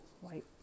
white